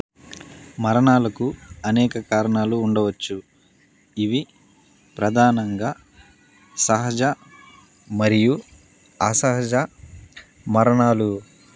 మరణాలకు అనేక కారణాలు ఉండవచ్చు ఇవి ప్రధానంగా సహజ మరియు అసహజ మరణాలు